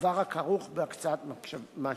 דבר הכרוך בהשקעת משאבים.